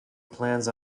plans